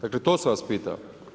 Dakle to sam vas pitao.